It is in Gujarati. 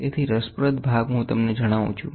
તેથી રસપ્રદ ભાગ હું તમને જણાવું છું